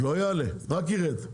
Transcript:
לא יעלה, רק ירד.